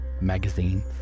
magazines